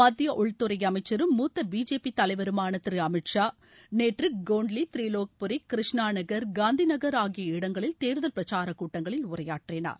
மத்திய உள்துறை அமைச்சரும் மூத்த பி ஜே பி தலைவருமான திரு அமித்ஷா நேற்று கோன்ட்லி திரிலோக்புரி கிருஷ்ணாநகர் காந்திநகர் ஆகிய இடங்களில் தேர்தல் பிரசார கூட்டங்களில் உரையாற்றினார்